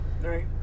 right